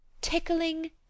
tickling